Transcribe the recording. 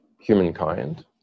humankind